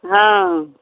हँ